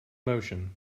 motion